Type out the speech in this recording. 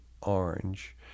Orange